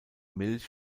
milch